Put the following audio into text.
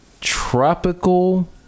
Tropical